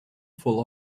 full